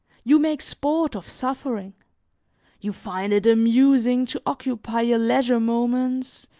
you make sport of suffering you find it amusing to occupy your leisure moments,